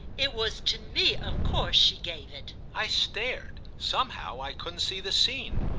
it was to me of course she gave it. i stared somehow i couldn't see the scene.